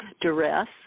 duress